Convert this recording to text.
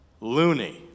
loony